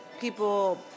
people